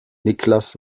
niklas